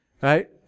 right